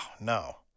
no